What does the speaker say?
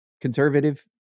conservative